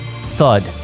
Thud